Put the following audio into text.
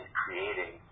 creating